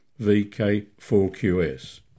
VK4QS